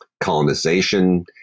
colonization